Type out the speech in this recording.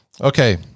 Okay